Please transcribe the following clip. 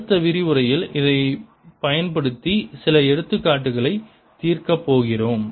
அடுத்த விரிவுரையில் இதைப் பயன்படுத்தி சில எடுத்துக்காட்டுகளைத் தீர்க்கப் போகிறோம்